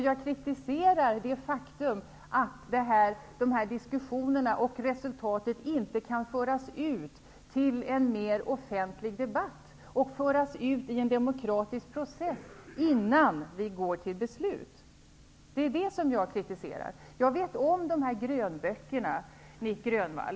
Jag kritiserar det faktum att de här diskussionerna och resultaten inte kan föras ut till en mer offentlig debatt och föras ut i en demokratisk process innan vi går till beslut. Det är det jag kritiserar. Jag känner till grönböckerna, Nic Grönvall.